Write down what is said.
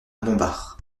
montbard